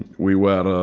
we were